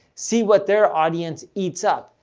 see what their audience eats up.